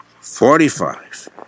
Forty-five